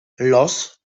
los